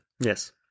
Yes